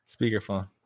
speakerphone